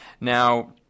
Now